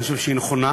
אני חושב שהיא נכונה.